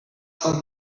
saint